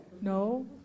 no